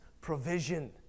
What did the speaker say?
provision